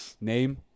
name